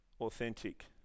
authentic